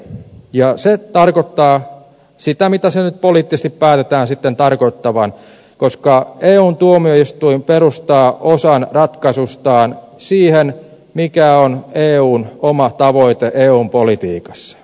ja se tarkoittaa sitä mitä sen nyt poliittisesti päätetään sitten tarkoittavan koska eun tuomioistuin perustaa osan ratkaisustaan siihen mikä on eun oma tavoite eun politiikassa